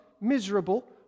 miserable